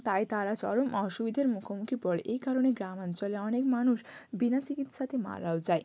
তাই তারা চরম অসুবিধের মুখোমুখি পড়ে এই কারণে গ্রামাঞ্চলে অনেক মানুষ বিনা চিকিৎসাতে মারাও যায়